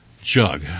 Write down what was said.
jug